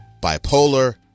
bipolar